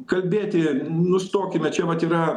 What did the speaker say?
kalbėti nustokime čia vat yra